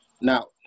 Now